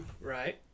Right